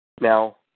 Now